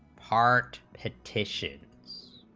part petition is